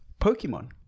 Pokemon